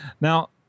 Now